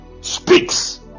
speaks